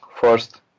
first